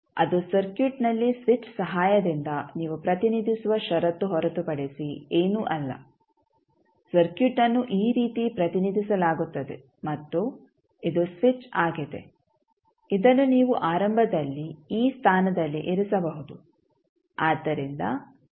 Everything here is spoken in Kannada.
ಅದು ಸರ್ಕ್ಯೂಟ್ನಲ್ಲಿ ಸ್ವಿಚ್ ಸಹಾಯದಿಂದ ನೀವು ಪ್ರತಿನಿಧಿಸುವ ಷರತ್ತು ಹೊರತುಪಡಿಸಿ ಏನೂ ಅಲ್ಲ ಸರ್ಕ್ಯೂಟ್ ಅನ್ನು ಈ ರೀತಿ ಪ್ರತಿನಿಧಿಸಲಾಗುತ್ತದೆ ಮತ್ತು ಇದು ಸ್ವಿಚ್ ಆಗಿದೆ ಇದನ್ನು ನೀವು ಆರಂಭದಲ್ಲಿ ಈ ಸ್ಥಾನದಲ್ಲಿ ಇರಿಸಬಹುದು